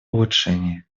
улучшений